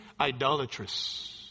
idolatrous